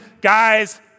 guys